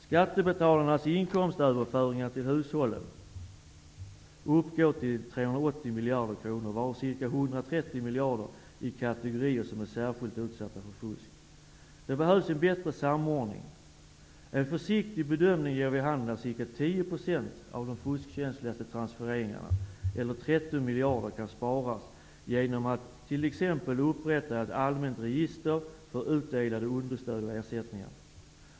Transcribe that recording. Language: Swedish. Skattebetalarnas inkomstöverföringar till hushållen uppgår till 380 miljarder kronor, varav ca 130 miljarder i kategorier som är särskilt utsatta för fusk. Det behövs en bättre samordning. En försiktig bedömning ger vid handen att ca 10 % miljarder kronor, kan sparas genom att t.ex. upprätta ett allmänt register för utdelade understöd och ersättningar.